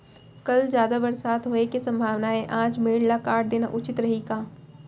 कल जादा बरसात होये के सम्भावना हे, आज मेड़ ल काट देना उचित रही का?